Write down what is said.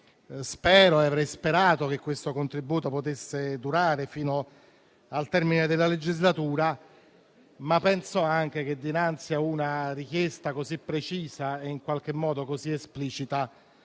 perché avrei sperato che questo contributo potesse durare fino al termine della legislatura; penso anche però che, dinanzi a una richiesta così precisa ed esplicita,